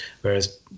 whereas